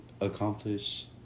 accomplish